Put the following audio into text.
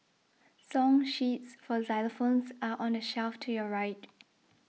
song sheets for xylophones are on the shelf to your right